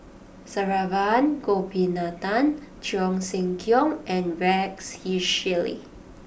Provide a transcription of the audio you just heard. Saravanan Gopinathan Cheong Siew Keong and Rex Shelley